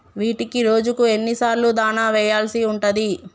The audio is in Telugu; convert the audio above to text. వీటికి రోజుకు ఎన్ని సార్లు దాణా వెయ్యాల్సి ఉంటది?